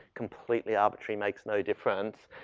completely arbitrary makes no difference.